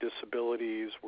disabilities